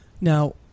Now